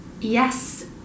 yes